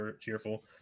cheerful